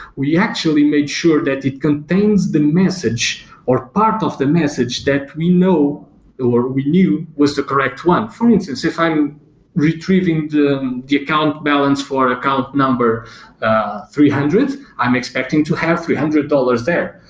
we actually made sure that it contains the message or part of the message that we know or we knew was the correct one. for instance, if i'm retrieving the the account balance for account number ah three hundred, i'm expecting to have three hundred dollars there,